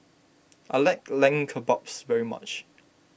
I like Lamb Kebabs very much